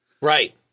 Right